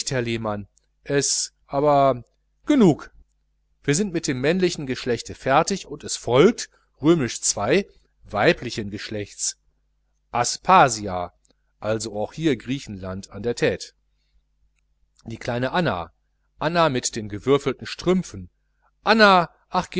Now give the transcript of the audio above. herr lehmann es aber genug wir sind mit dem männlichen geschlechte fertig und es folgt ii weiblichen geschlechts aspasia also auch hier griechenland an der tete die kleine anna anna mit den gewürfelten strümpfen anna